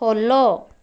follow